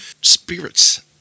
spirits